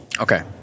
Okay